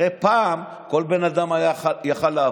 הרי פעם כל בן אדם היה יכול לעבור,